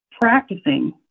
practicing